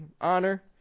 honor